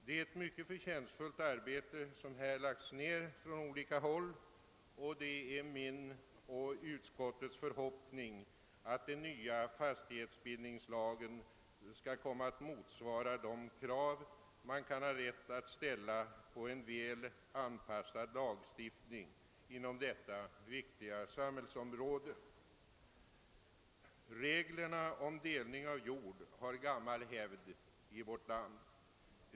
Det är ett mycket förtjänstfullt arbete som lagts ned från olika håll, och det är min och utskottets förhoppning att den nya fastighetsbildningslagen skall komma att motsvara de krav man skall ha rätt att ställa på en väl anpassad lagstiftning inom detta viktiga samhällsområde. Reglerna om delning av jord har gammal hävd i vårt land.